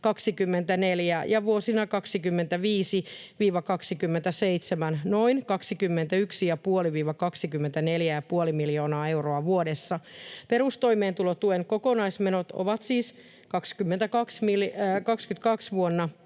vuosina 25—27 noin 21,5—24,5 miljoonaa euroa vuodessa. Perustoimeentulotuen kokonaismenot ovat siis vuonna